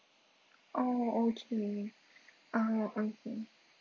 oh okay ah okay